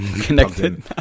connected